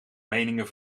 meningen